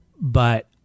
but-